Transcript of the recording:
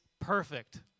perfect